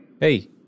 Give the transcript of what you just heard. hey